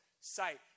sight